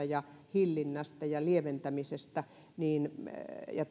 ja hillintä ja lieventäminen ja